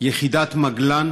יחידת מגלן,